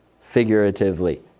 figuratively